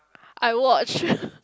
I watched